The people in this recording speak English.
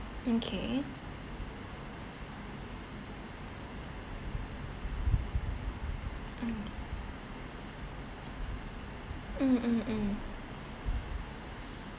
mm K mm mm mm mm